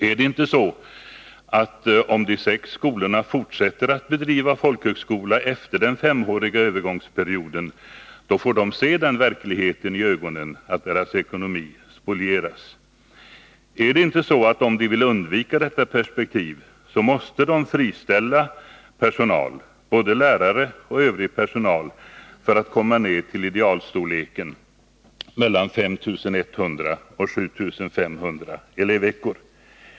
Är det inte så att om de sex skolorna fortsätter att bedriva folkhögskola efter den femåriga övergångsperioden, får de se den verkligheten i ögonen att deras ekonomi spolieras? Är det inte så att om de vill undvika detta perspektiv, måste de friställa personal — både lärare och övrig personal — för att komma ned till idealstorleken, mellan 5 100 och 7 500 elevveckor?